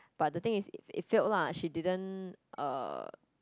but the thing is it failed lah she didn't uh